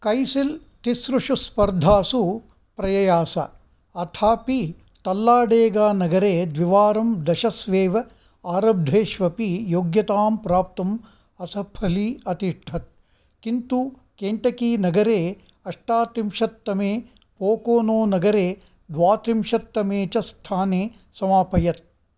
कैसिल् तिसृषु स्पर्धासु प्रययास अथापि तल्लाडेगानगरे द्विवारं दशस्वेव आरब्धेष्वपि योग्यतां प्राप्तुं असफली अतिष्ठत् किन्तु केन्टकीनगरे अष्टात्रिंशत्तमे पोकोनोनगरे द्वात्रिंशत्तमे च स्थाने समापयत्